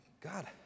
God